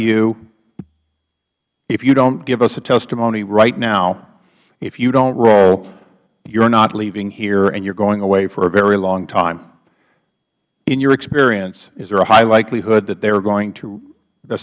you if you don't give us testimony right now if you don't roll you're not leaving here and you're going away for a very long time in your experience is there a high likelihood that they're going to